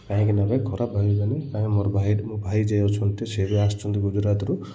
କାହିଁକିନା ଭାଇ ଖରାପ ଭାବିବେନି କାହିଁକି ମୋର ଭାଇ ମୋ ଭାଇ ଯିଏ ଅଛନ୍ତି ସିଏ ବି ଆସୁଛନ୍ତି ଗୁଜୁରାଟରୁ